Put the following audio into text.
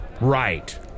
Right